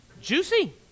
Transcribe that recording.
juicy